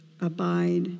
abide